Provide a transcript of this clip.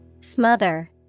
Smother